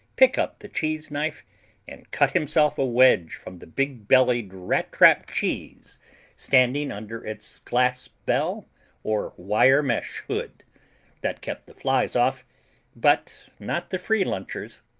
pick up the cheese knife and cut himself a wedge from the big-bellied rattrap cheese standing under its glass bell or wire mesh hood that kept the flies off but not the free-lunchers.